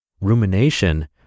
Rumination